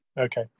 Okay